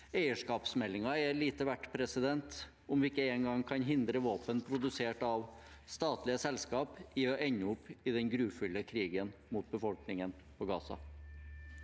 Eierskapsmeldingen er lite verdt om vi ikke engang kan hindre våpen produsert av statlige selskap i å ende opp i den grufulle krigen mot befolkningen i Gaza.